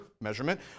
measurement